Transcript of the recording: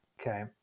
okay